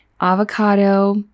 avocado